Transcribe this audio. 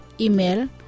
Email